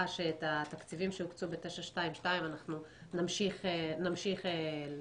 שאת התקציבים שהוקצו ב-922 אנחנו נמשיך לבצע.